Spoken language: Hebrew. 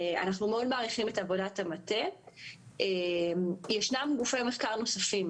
אנחנו מאוד מעריכים את עבודת המטה וישנם גופי מחקר נוספים